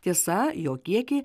tiesa jo kiekį